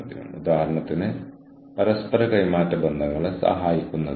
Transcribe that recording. പലപ്പോഴും ഈ ആവശ്യങ്ങളുടെ നിറവേറ്റുൽ പങ്കിടില്ല